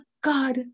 God